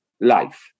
life